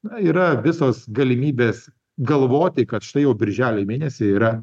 na yra visos galimybės galvoti kad štai jau birželio mėnesį yra